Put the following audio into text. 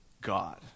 God